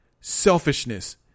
selfishness